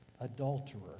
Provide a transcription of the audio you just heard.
adulterer